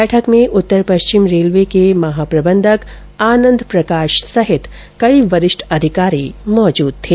बैठक में उत्तर पश्चिम रेलवे के महाप्रबंधक आनंद प्रकाश सहित कई वरिष्ठ अधिकारी मौजूद थे